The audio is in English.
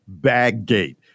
Baggate